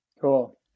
cool